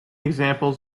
examples